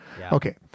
Okay